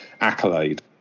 accolade